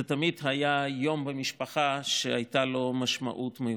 זה תמיד היה יום במשפחה שהייתה לו משמעות מיוחדת.